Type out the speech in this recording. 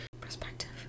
Perspective